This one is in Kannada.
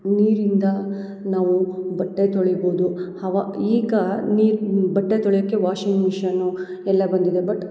ನೀರಿಂದ ನಾವು ಬಟ್ಟೆ ತೊಳಿಬೋದು ಹವ ಈಗ ನೀರು ಬಟ್ಟೆ ತೊಳೆಯೋಕೆ ವಾಷಿಂಗ್ ಮಿಶಿನು ಎಲ್ಲ ಬಂದಿದೆ ಬಟ್